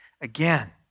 again